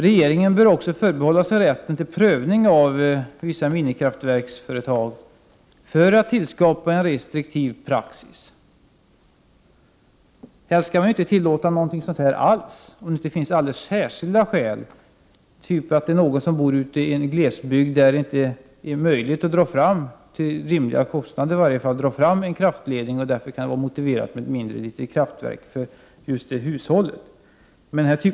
Regeringen bör också förbehålla sig rätten till prövning av vissa minikraftverksföretag för att tillskapa en restriktiv praxis. Minikraftverk skall inte tillåtas alls om det inte finns särskilda skäl, som t.ex. att någon bor i en glesbygd där det inte är möjligt att dra fram en kraftledning till rimliga kostnader. Därför kan det vara motiverat med ett mindre kraftverk för just 161 det hushållet.